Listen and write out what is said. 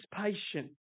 patient